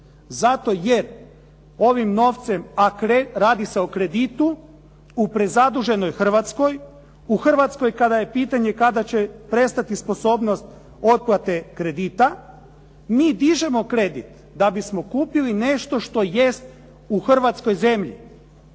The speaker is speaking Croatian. Zato jer ovim novcem, radi se o kreditu, u prezaduženoj Hrvatskoj, u Hrvatskoj kada je pitanje kada će prestati sposobnost otplate kredita, mi dižemo kredit da bismo kupili nešto što jest u hrvatskoj zemlji.